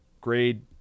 grade